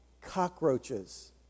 cockroaches